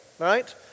Right